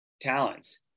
talents